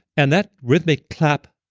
and that rhythmic clap,